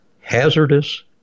hazardous